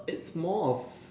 it's more of